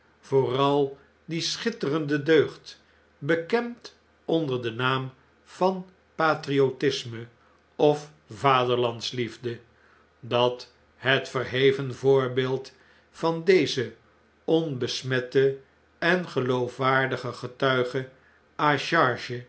vooral die schitterende deugd bekend onder den naam van patriotisme of vaderlandsliefde dat het verheven voorbeeld van dezen onbesmetten en geloofwaardigen getuige a